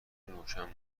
روشن